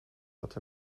wat